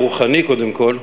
הרוחני קודם כול,